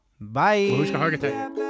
Bye